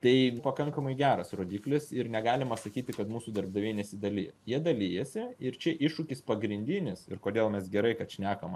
tai pakankamai geras rodiklis ir negalima sakyti kad mūsų darbdaviai nesidalija jie dalijasi ir čia iššūkis pagrindinis ir kodėl mes gerai kad šnekam